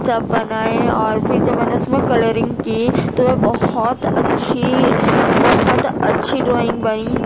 سب بنائے اور پھر جب میں نے اس میں کلرنگ کی تو وہ بہت اچھی بہت اچھی ڈرائنگ بنی